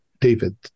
David